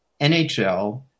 nhl